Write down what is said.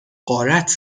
غارت